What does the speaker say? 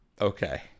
Okay